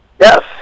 yes